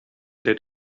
that